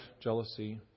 jealousy